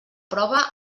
prova